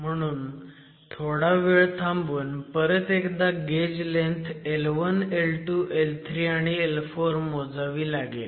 म्हणून थोडा वेळ थांबून परत एकदा gauge length L1 L2 L3 आणि L4 मोजावी लागेल